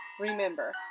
Remember